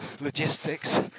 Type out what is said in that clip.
logistics